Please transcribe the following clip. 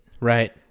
Right